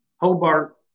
Hobart